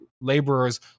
laborers